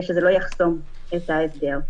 ושזה לא יחסום את ההסדר.